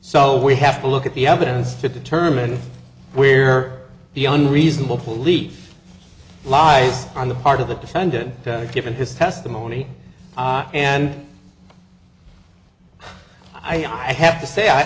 so we have to look at the evidence to determine where the unreasonable police lies on the part of the defendant given his testimony and i have to say